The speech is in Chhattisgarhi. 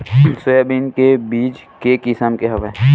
सोयाबीन के बीज के किसम के हवय?